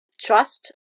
trust